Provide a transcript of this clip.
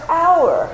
hour